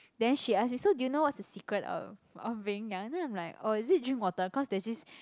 then she ask me so do you know what's the secret of of being young then I'm like oh is it drink water cause there's this